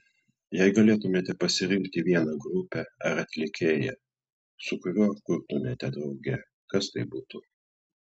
jei galėtumėte pasirinkti vieną grupę ar atlikėją su kuriuo kurtumėte drauge kas tai būtų